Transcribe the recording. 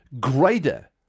greater